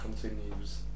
continues